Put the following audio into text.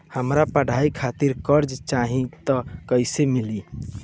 हमरा पढ़ाई खातिर कर्जा चाही त कैसे मिली?